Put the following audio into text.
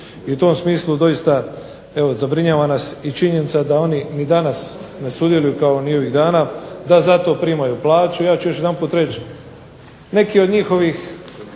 I u tom smislu doista evo zabrinjava nas i činjenica da oni ni danas ne sudjeluju kao ni ovih dana, da zato primaju plaću. Ja ću još jedanput reći, neki od njihovih